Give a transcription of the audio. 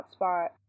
hotspot